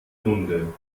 runde